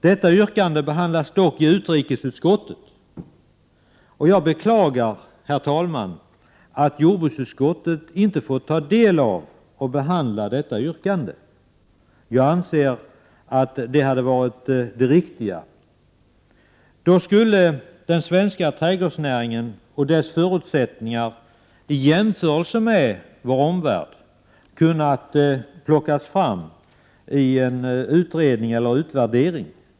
Detta yrkande behandlas dock i utrikesutskottet. Jag beklagar, herr talman, att jordbruksutskottet inte får ta del av och behandla detta yrkande. Jag anser att det hade varit det riktiga. Då skulle den svenska trädgårdsnäringen och dess förutsättningar i jämförelse med vår omvärld ha kunnat plockas fram i en utvärdering.